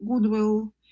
goodwill